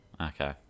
Okay